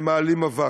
הם מעלים אבק.